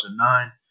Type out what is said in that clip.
2009